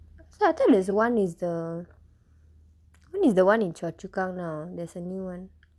so last time is [one] is the [one] is the [one] in choa chu kang now there's a new [one]